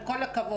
עם כל הכבוד,